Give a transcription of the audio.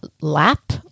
lap